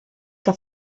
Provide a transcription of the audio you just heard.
que